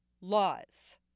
laws